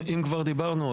אם כבר דיברנו,